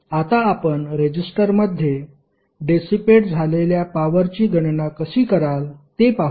आता आपण रेजिस्टरमध्ये डेसीपेट झालेल्या पॉवरची गणना कशी कराल ते पाहू